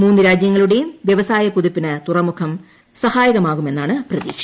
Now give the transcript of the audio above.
മൂന്ന് രാജ്യങ്ങളുടെയും വൃവസായ കുതിപ്പിന് തുറമുഖം സഹായകമാകുമെന്നാണ് പ്രതീക്ഷ